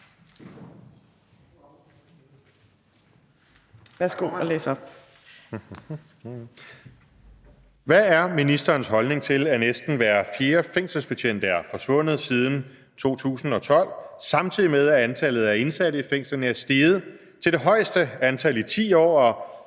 Hvad er ministerens holdning til, at næsten hver fjerde fængselsbetjent er forsvundet siden 2012, samtidig med at antallet af indsatte i fængslerne er steget til det højeste antal i 10 år,